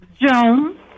Joan